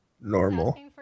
normal